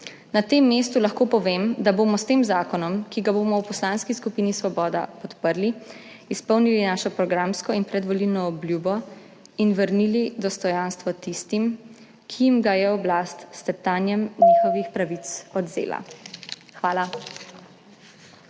Na tem mestu lahko povem, da bomo s tem zakonom, ki ga bomo v Poslanski skupini Svoboda podprli, izpolnili svojo programsko in predvolilno obljubo in vrnili dostojanstvo tistim, ki jim ga je oblast s teptanjem njihovih pravic odvzela. Hvala.